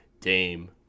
Dame